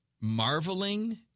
Marveling